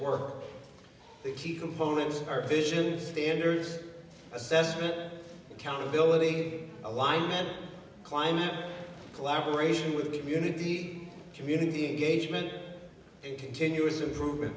for the key components of our visions the ender's assessment accountability alignment climate collaboration with community community engagement and continuous improvement